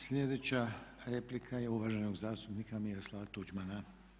Sljedeća replika je uvaženog zastupnika Miroslava Tuđmana.